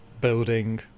building